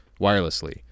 wirelessly